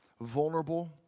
vulnerable